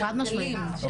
חד משמעית.